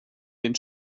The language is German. den